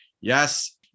Yes